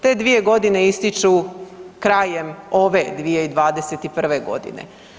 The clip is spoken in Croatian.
Te 2 godine ističu krajem ove 2021. godine.